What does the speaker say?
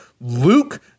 Luke